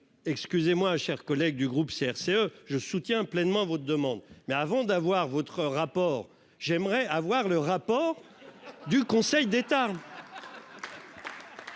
excusez-moi chers collègues du groupe CRCE je soutiens pleinement votre demande. Mais avant d'avoir votre rapport j'aimerais avoir le rapport. Du Conseil d'État.